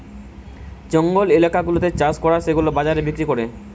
জঙ্গল এলাকা গুলাতে চাষ করে সেগুলা বাজারে বিক্রি করে